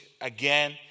again